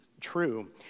true